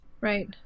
right